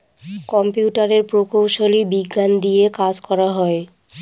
কম্পিউটারের প্রকৌশলী বিজ্ঞান দিয়ে কাজ করা হয়